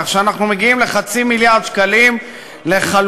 כך שאנחנו מגיעים לחצי מיליארד שקלים לחלוקה.